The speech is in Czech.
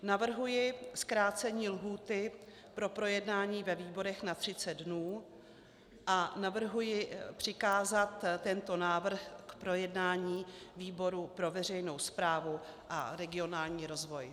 Navrhuji zkrácení lhůty pro projednání ve výborech na 30 dnů a navrhuji přikázat tento návrh k projednání výboru pro veřejnou správu a regionální rozvoj.